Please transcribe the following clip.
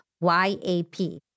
Y-A-P